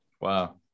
Wow